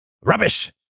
Rubbish